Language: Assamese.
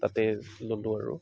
তাতে ল'লোঁ আৰু